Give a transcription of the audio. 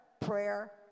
prayer